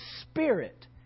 spirit